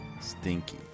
Stinky